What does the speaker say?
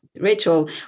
Rachel